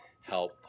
help